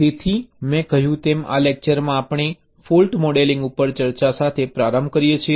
તેથી મેં કહ્યું તેમ આ લેકચરમાં આપણે ફૉલ્ટ મોડેલિંગ ઉપર ચર્ચા સાથે પ્રારંભ કરીએ છીએ